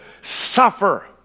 suffer